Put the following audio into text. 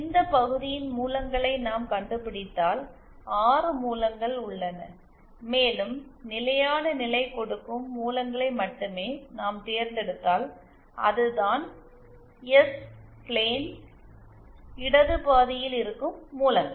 இந்த பகுதியின் மூலங்களை நாம் கண்டுபிடித்தால் 6 மூலங்கள் உள்ளன மேலும் நிலையானநிலை கொடுக்கும் மூலங்களை மட்டுமே நாம் தேர்ந்தெடுத்தால் அதுதான் எஸ் பிளேனின் இடது பாதியில் இருக்கும் மூலங்கள்